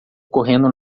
correndo